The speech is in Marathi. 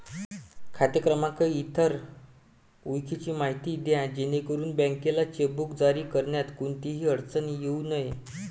खाते क्रमांक, इतर ओळखीची माहिती द्या जेणेकरून बँकेला चेकबुक जारी करण्यात कोणतीही अडचण येऊ नये